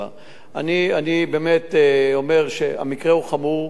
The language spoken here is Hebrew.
אני באמת אומר שהמקרה הוא חמור בפני עצמו.